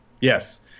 Yes